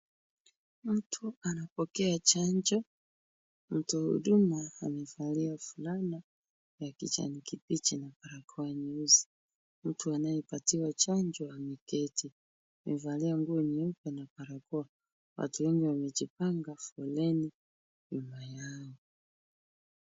Mtu anapokea chanjo, mtu wa huduma amevalia fulana ya kijani kibichi na barakoa nyeusi. Mtu anayepatiwa chanjo ameketi. Amevalia nguo nyeupe na barakoa, watu wengi wamejipanga foleni nyuma yao.